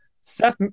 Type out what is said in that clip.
Seth